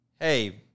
Hey